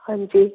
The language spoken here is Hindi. हाँ जी